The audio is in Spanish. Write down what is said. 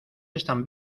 están